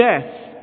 death